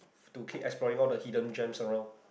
to keep exploring all the hidden drains along